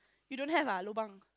you don't have ah lobang